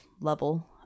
level